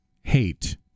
hate